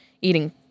Eating